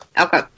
Okay